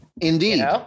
Indeed